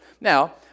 Now